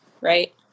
Right